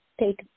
Take